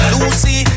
Lucy